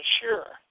sure